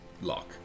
lock